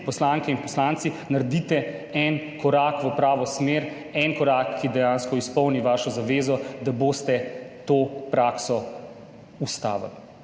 poslanke in poslanci naredite en korak v pravo smer, en korak, ki dejansko izpolni vašo zavezo, da boste ustavili